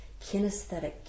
Kinesthetic